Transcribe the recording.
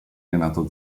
renato